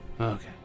Okay